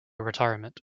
retirement